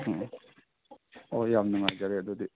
ꯎꯝ ꯎꯝ ꯍꯣꯏ ꯌꯥꯝ ꯅꯨꯡꯉꯥꯏꯖꯔꯦ ꯑꯗꯨꯗꯤ